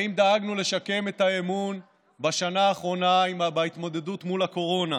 האם דאגנו לשקם את האמון בשנה האחרונה בהתמודדות מול הקורונה?